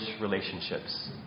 relationships